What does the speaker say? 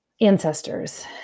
ancestors